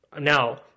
now